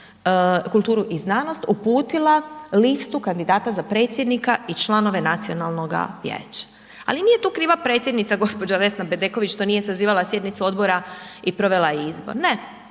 kulturu i znanost uputila listu kandidata za predsjednika i članove Nacionalnoga vijeća. Ali nije tu kriva predsjednica gospođa Vesna Bedeković što nije sazivala sjednicu odbora i provela izbor, ne